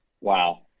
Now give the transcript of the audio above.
Wow